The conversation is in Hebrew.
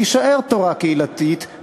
תישאר תורה קהילתית,